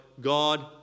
god